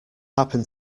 happen